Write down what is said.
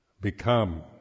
become